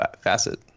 facet